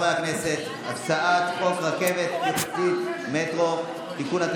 הצעת חוק רכבת תחתית (מטרו) (תיקון),